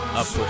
up